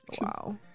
Wow